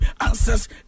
answers